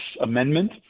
amendment